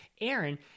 aaron